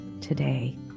today